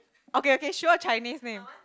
okay okay sure Chinese name